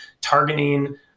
targeting